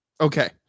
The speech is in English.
okay